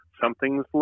Something's